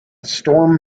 storm